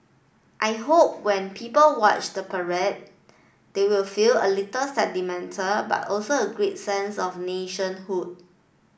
I hope when people watch the parade they will feel a little sentimental but also a great sense of nationhood